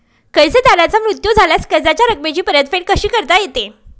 कर्जदाराचा मृत्यू झाल्यास कर्जाच्या रकमेची परतफेड कशी करता येते?